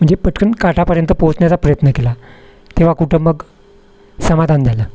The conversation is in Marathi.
म्हणजे पटकन काठापर्यंत पोचण्याचा प्रयत्न केला तेव्हा कुठं मग समाधान झाला